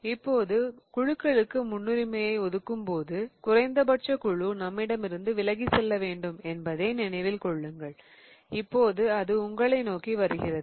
இப்போது குழுக்களுக்கு முன்னுரிமையை ஒதுக்கும்போது குறைந்தபட்ச குழு நம்மிடமிருந்து விலகி செல்ல வேண்டும் என்பதை நினைவில் கொள்ளுங்கள் இப்போது அது உங்களை நோக்கிச் வருகிறது